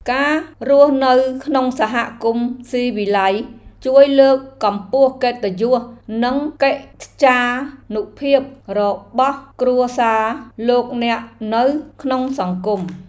ការរស់នៅក្នុងសហគមន៍ស៊ីវិល័យជួយលើកកម្ពស់កិត្តិយសនិងកិត្យានុភាពរបស់គ្រួសារលោកអ្នកនៅក្នុងសង្គម។